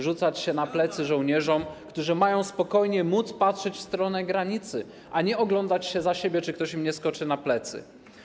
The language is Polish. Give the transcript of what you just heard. rzucać się na plecy żołnierzom, którzy mają spokojnie móc patrzeć w stronę granicy, a nie oglądać się za siebie, czy ktoś im nie skoczy na plecy.